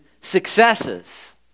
successes